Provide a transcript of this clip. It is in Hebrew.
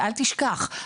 ואל תשכח,